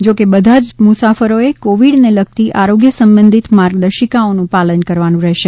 જોકે બધા જ મુસાફરોએ કોવિડને લગતી આરોગ્ય સંબંધીત માર્ગદર્શિકાઓનું પાલન કરવાનું રહેશે